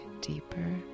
deeper